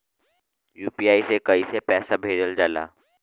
UPI से कइसे पैसा भेजल जाला?